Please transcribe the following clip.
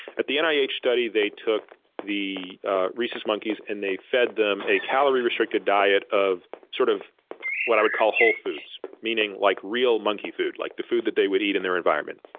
at the nih study they took the rhesus monkeys and they fed them a calorie restricted diet of sort of what i would call whole foods, meaning like real monkey food, like the food that they would eat in their environment.